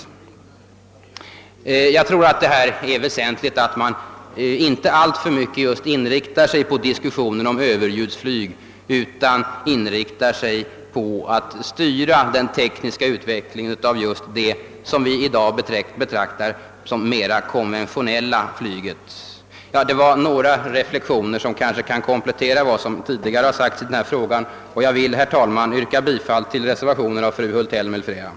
Jag tror att det är väsentligt att man inte alltför mycket inriktar sig på diskussionen om överljudsflyg utan inriktar sig på att styra den tekniska utvecklingen av det som vi i dag betraktar som det mera konventionella flyget. Detta var några reflexioner som kan ske kan komplettera vad som tidigare har sagts i denna fråga, och jag vill, herr talman, yrka bifall till reservationen av fru Hultell m.fl.